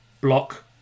Block